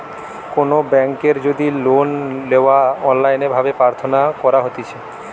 কোনো বেংকের যদি লোন লেওয়া অনলাইন ভাবে প্রার্থনা করা হতিছে